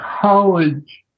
college